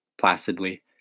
placidly